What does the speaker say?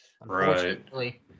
unfortunately